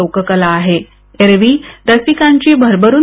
लोककला आहेएरवी रसिकांची भरभरून